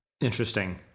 Interesting